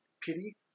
pity